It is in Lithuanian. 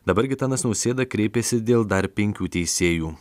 dabar gitanas nausėda kreipėsi dėl dar penkių teisėjų